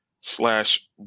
slash